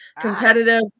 competitive